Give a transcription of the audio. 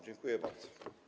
Dziękuję bardzo.